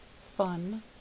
fun